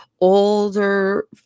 older